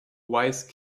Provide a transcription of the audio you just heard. wise